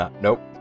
Nope